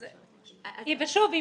שוב,